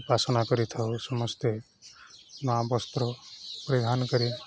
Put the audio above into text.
ଉପାସନା କରିଥାଉ ସମସ୍ତେ ନୂଆ ବସ୍ତ୍ର ପରିଧାନ କରି